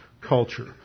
culture